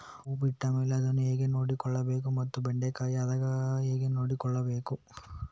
ಹೂ ಬಿಟ್ಟ ಮೇಲೆ ಅದನ್ನು ಹೇಗೆ ನೋಡಿಕೊಳ್ಳಬೇಕು ಮತ್ತೆ ಬೆಂಡೆ ಕಾಯಿ ಆದಾಗ ಹೇಗೆ ನೋಡಿಕೊಳ್ಳಬೇಕು?